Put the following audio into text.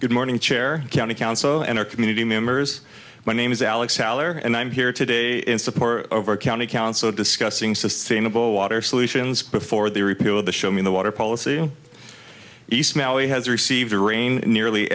good morning chair county council and our community members my name is alex heller and i'm here today in support of our county council discussing sustainable water solutions before they repeal the show me the water policy east now he has received a rain nearly